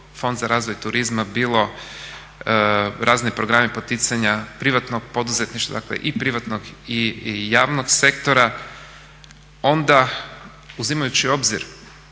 Fond za razvoj turizma, bilo razni programi poticanja privatnog poduzetništva, dakle i privatnog i javnog sektora, onda uzimajući u obzir